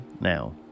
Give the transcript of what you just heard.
now